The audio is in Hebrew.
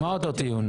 מה אותו טיעון?